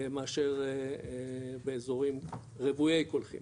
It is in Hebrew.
מאפשר באזורים רוויי קולחין,